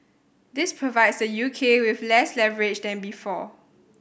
this provides the U K with less leverage than before